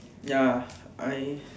ya I